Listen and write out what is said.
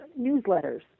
newsletters